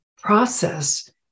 process